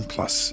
Plus